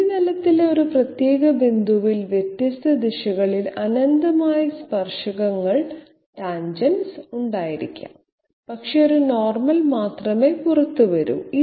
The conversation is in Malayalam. ഉപരിതലത്തിലെ ഒരു പ്രത്യേക ബിന്ദുവിൽ വ്യത്യസ്ത ദിശകളിൽ അനന്തമായ സ്പർശകങ്ങൾ ഉണ്ടായിരിക്കാം പക്ഷേ ഒരു നോർമൽ മാത്രമേ പുറത്തുവരൂ